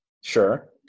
Sure